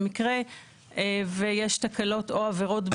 במקרה ויש תקלות או עבירות בניה.